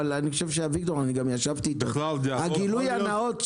למען הגילוי הנאות,